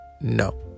no